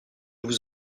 vous